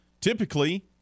Typically